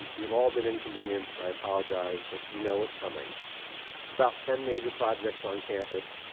you've all been inconvenienced i apologize but you know what's coming it's about ten major projects on campus